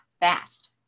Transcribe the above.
fast